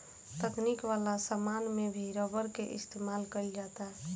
तकनीक वाला समान में भी रबर के इस्तमाल कईल जाता